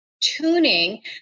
tuning